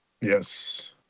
yes